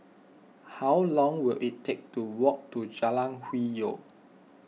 how long will it take to walk to Jalan Hwi Yoh